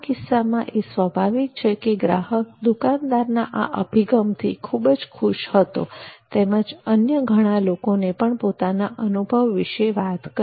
આ કિસ્સામાં એ સ્વાભાવિક છે કે ગ્રાહક દુકાનદારના આ અભિગમથી ખૂબ જ ખૂશ હતો તેમજ અન્ય ઘણા લોકોને પણ પોતાના અનુભવ વિષે વાત કરી